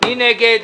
מי נגד?